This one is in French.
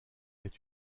est